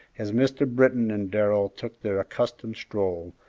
as mr. britton and darrell took their accustomed stroll,